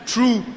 True